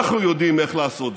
אנחנו יודעים איך לעשות זאת.